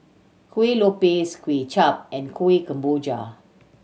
Kuih Lopes Kway Chap and Kueh Kemboja